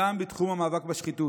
גם בתחום המאבק בשחיתות.